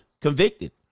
convicted